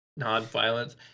nonviolence